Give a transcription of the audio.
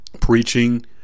preaching